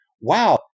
wow